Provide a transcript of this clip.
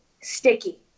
sticky